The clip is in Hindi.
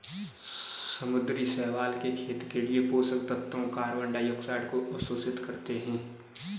समुद्री शैवाल के खेत के लिए पोषक तत्वों कार्बन डाइऑक्साइड को अवशोषित करते है